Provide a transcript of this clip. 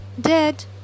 dead